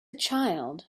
child